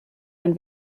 ein